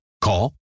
Call